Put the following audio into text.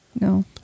No